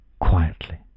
quietly